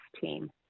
team